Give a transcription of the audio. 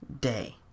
day